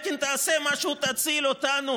חוק השבות,